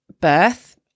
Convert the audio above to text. birth